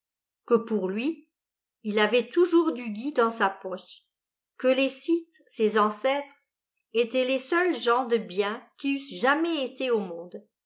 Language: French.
que pour lui il avait toujours du gui dans sa poche que les scythes ses ancêtres étaient les seules gens de bien qui eussent jamais été au monde